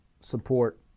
support